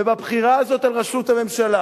ובבחירה הזאת לראשות הממשלה